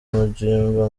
mugimba